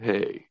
Hey